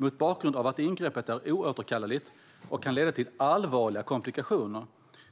Mot bakgrund av att ingreppet är oåterkalleligt och kan leda till allvarliga komplikationer